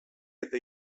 eta